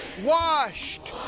washed.